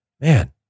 man